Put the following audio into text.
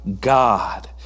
God